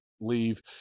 leave